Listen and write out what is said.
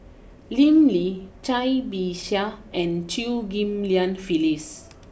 Lim Lee Cai Bixia and Chew Ghim Lian Phyllis